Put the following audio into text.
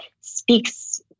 speaks